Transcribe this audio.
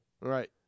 Right